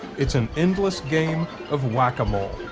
it's an endless game of whack-a-mole.